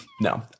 no